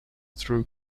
through